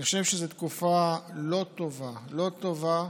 אני חושב שזאת תקופה לא טובה, לא טובה